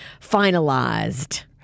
finalized